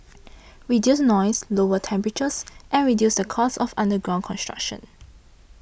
reduce noise lower temperatures and reduce the cost of underground construction